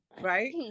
right